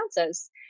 Ounces